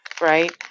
right